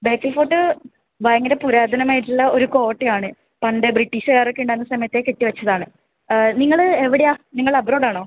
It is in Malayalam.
ബേക്കൽ ഫോർട്ട് ഭയങ്കര പുരാതനമായിട്ട് ഉള്ള ഒരു കോട്ട ആണ് പണ്ട് ബ്രിട്ടീഷുകാർ ഒക്കെ ഉണ്ടായിരുന്ന സമയത്ത് കെട്ടി വെച്ചത് ആണ് നിങ്ങള് എവിടെയാണ് നിങ്ങൾ അബ്രോഡ് ആണോ